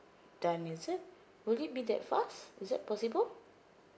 done is it will it be that fast is that possible